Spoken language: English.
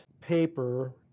paper